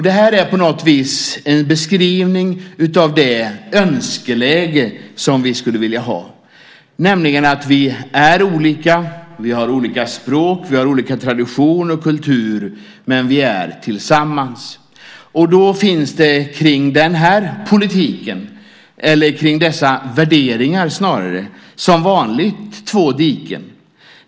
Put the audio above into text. Det här är på något vis en beskrivning av det önskeläge som vi skulle vilja ha, nämligen att vi är olika, vi har olika språk, vi har olika traditioner och kultur men vi är tillsammans. Då finns det kring dessa värderingar som vanligt två diken.